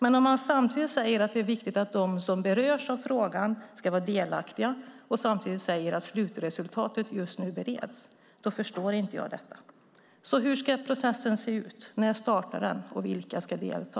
Men om man säger att det är viktigt att de som berörs av frågan ska vara delaktiga och samtidigt säger att slutresultatet just nu bereds förstår inte jag detta. Hur ska processen se ut? När startar den? Vilka ska delta?